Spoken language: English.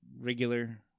regular